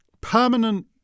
permanent